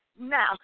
Now